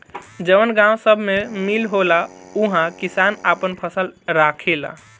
जवन गावं सभ मे मील होला उहा किसान आपन फसल राखेला